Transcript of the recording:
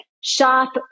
shop